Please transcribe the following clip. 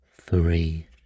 Three